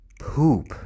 poop